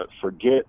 forget